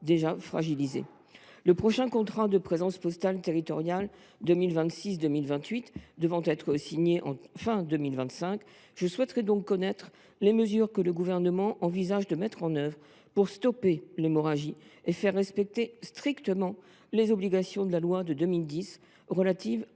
déjà fragilisé. Le prochain contrat de présence postale territoriale 2026 2028 devant être signé à la fin de 2025, je souhaiterais connaître les mesures que le Gouvernement envisage de mettre en œuvre pour stopper l’hémorragie et faire respecter strictement les obligations définies dans la